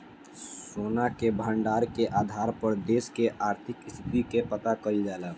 सोना के भंडार के आधार पर देश के आर्थिक स्थिति के पता कईल जाला